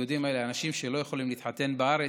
היהודים האלה, אנשים שלא יכולים להתחתן בארץ,